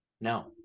No